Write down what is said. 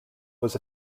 was